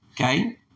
Okay